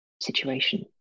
situation